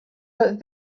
but